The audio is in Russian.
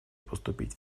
поступить